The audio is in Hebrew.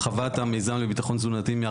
הרחבת המיזם לביטחון תזונתי,